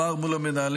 הפער מול המנהלים,